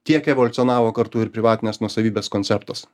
tiek evoliucionavo kartu ir privatinės nuosavybės konceptas